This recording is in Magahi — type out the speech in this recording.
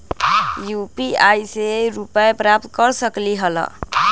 यू.पी.आई से रुपए प्राप्त कर सकलीहल?